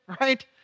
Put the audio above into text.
right